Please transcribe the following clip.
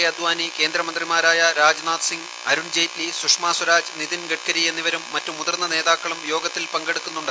ഒഅദാനി കേന്ദ്രമന്ത്രിമാരായ രാജ്നാഥ് സിംഗ് അരുൺ ജയ്റ്റ്ലി സുഷമ സ്വരാജ് നിതിൻ ഗഡ്ഗരി എന്നിവരും മറ്റ് മുതിർന്ന് നേതാക്കളും യോഗത്തിൽ പങ്കെടുക്കുന്നുണ്ട്